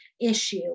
issue